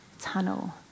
tunnel